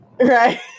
right